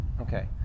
okay